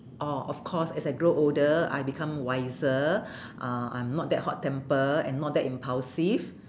orh of course as I grow older I become wiser uh I'm not that hot temper and not that impulsive